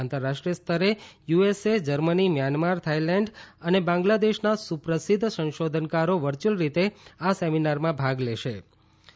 આંતરરાષ્ટ્રીય સ્તરે USA Germany Myanmar Thailand અને બાંગ્લાદેશના સુપ્રસિદ્ધ સંશોધનકારો વર્ચ્યુઅલ રીતે આ સેમિનારમાં ભાગ લેનાર છે